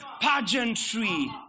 pageantry